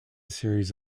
series